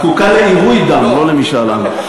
היא זקוקה לעירוי דם, לא למשאל עם.